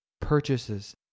purchases